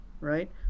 right